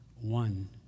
One